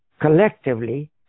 collectively